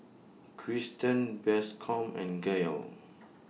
Cristen Bascom and Gael